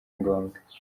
ngombwa